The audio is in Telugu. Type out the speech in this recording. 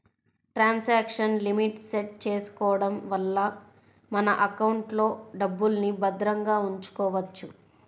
ట్రాన్సాక్షన్ లిమిట్ సెట్ చేసుకోడం వల్ల మన ఎకౌంట్లో డబ్బుల్ని భద్రంగా ఉంచుకోవచ్చు